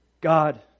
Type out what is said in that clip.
God